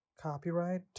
Copyright